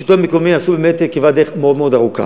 השלטון המקומי עשו כברת דרך מאוד ארוכה,